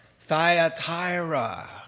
Thyatira